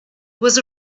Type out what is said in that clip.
was